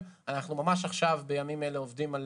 בימים אלו אנחנו עובדים על